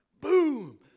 Boom